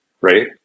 right